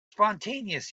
spontaneous